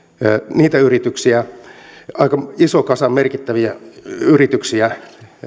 niitä yrityksiä aika iso kasa merkittäviä yrityksiä